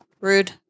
Rude